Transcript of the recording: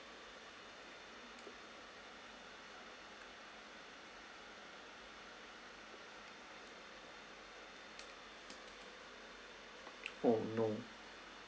oh no